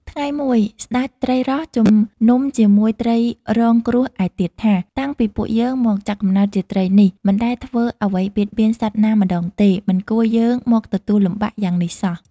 ថ្ងៃមួយ ស្ដេចត្រីរ៉ស់ជំនុំជាមួយត្រីរងគ្រោះឯទៀតថា៖ «តាំងពីពួកយើងមកចាប់កំណើតជាត្រីនេះ មិនដែលធ្វើអ្វីបៀតបៀនសត្វណាម្ដងទេ មិនគួរយើងមកទទួលលំបាកយ៉ាងនេះសោះ»។